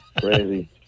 crazy